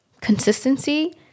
consistency